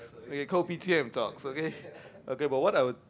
okay kopitiam talks okay but what our